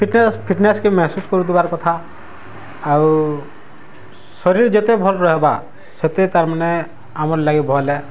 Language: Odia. ଫିଟ୍ନେସ୍ ଫିଟ୍ନେସ୍ କେ ମେହେସୁସ୍ କରୁଥୁବାର କଥା ଆଉ ଶରୀରର୍ ଯେତେ ଭଲ ରହିବା ସେତେ ତାର୍ ମାନେ ଆମର୍ ଲାଗି ଭଲ୍